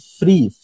free